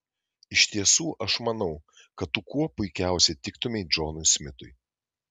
iš tiesų aš manau kad tu kuo puikiausiai tiktumei džonui smitui